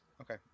Okay